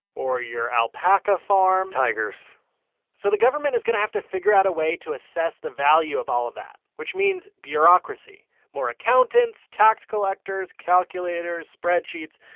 or your alpaca farm. tigers so the government is going to have to figure out a way to assess the value of all of that, which means bureaucracy more accountants, tax collectors, calculators, spreadsheets,